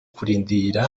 kurindira